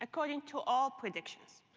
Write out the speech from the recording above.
according to all predictions.